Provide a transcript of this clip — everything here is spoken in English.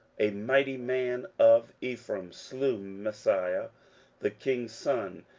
a mighty man of ephraim, slew maaseiah the king's son,